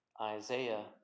Isaiah